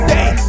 Day